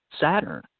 Saturn